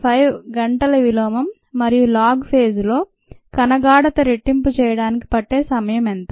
5 గంటల విలోమం మరియు లాగ్ ఫేజ్ లో కణ గాఢత రెట్టింపు చేయడానికి పట్టే సమయం ఎంత